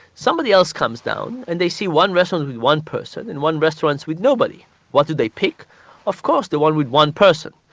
somebody else comes down and they see one restaurant with one person and one restaurant is with nobody what do they pick of course, the one with one person.